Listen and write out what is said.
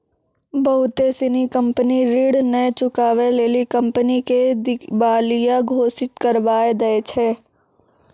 बहुते सिनी कंपनी ऋण नै चुकाबै लेली कंपनी के दिबालिया घोषित करबाय दै छै